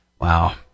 Wow